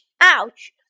ouch